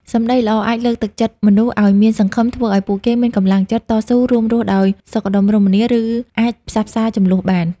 សម្ដីល្អ អាចលើកទឹកចិត្តមនុស្សឱ្យមានសង្ឃឹម ធ្វើឱ្យពួកគេមានកម្លាំងចិត្ត តស៊ូ រួមរស់ដោយសុខដុមរមនា ឬអាចផ្សះផ្សាជម្លោះបាន។